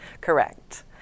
Correct